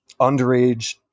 underage